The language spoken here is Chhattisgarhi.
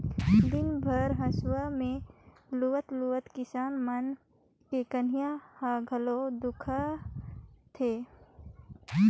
दिन भर हंसुआ में लुवत लुवत किसान मन के कनिहा ह घलो दुखा थे